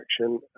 action